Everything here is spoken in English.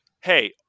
Hey